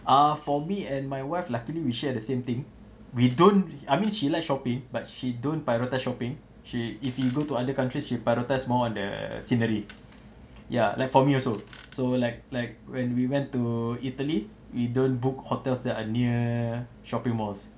ah for me and my wife luckily we share the same thing we don't I mean she like shopping but she don't prioritise shopping she if we go to other countries she prioritise more on the scenery ya like for me also so like like when we went to italy we don't book hotels that are near shopping malls